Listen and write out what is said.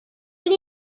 prim